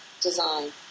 design